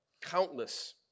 Countless